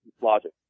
logic